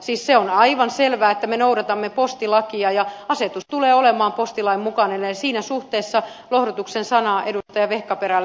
siis se on aivan selvää että me noudatamme postilakia ja asetus tulee olemaan postilain mukainen eli siinä suhteessa lohdutuksen sana edustaja vehkaperälle